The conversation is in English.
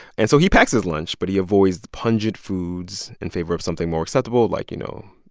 and so he packs his lunch, but he avoids pungent foods in favor of something more acceptable, like, you know,